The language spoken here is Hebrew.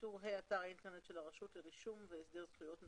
מקום הפרסום הוא אתר האינטרנט של הרשות לרישום והסדר זכויות במקרקעין.